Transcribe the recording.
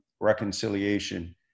Reconciliation